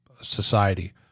society